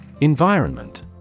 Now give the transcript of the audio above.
Environment